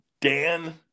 Dan